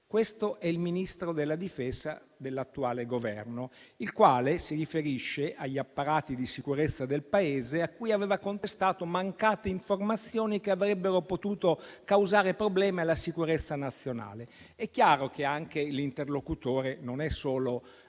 Così il Ministro della difesa dell'attuale Governo si riferisce agli apparati di sicurezza del Paese, a cui aveva contestato mancate informazioni che avrebbero potuto causare problemi alla sicurezza nazionale. È chiaro che anche l'interlocutore non è solo